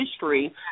history